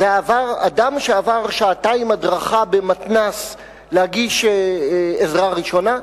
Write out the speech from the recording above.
זה אדם שעבר שעתיים הדרכה במתנ"ס להגיש עזרה ראשונה,